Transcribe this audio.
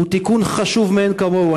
הוא תיקון חשוב מאין כמוהו.